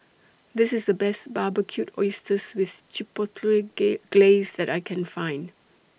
This IS The Best Barbecued Oysters with Chipotle Glaze that I Can Find